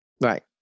Right